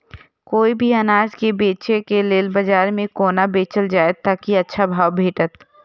कोय भी अनाज के बेचै के लेल बाजार में कोना बेचल जाएत ताकि अच्छा भाव भेटत?